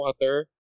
water